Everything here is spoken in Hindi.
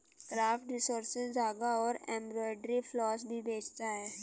क्राफ्ट रिसोर्सेज धागा और एम्ब्रॉयडरी फ्लॉस भी बेचता है